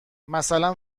مثلا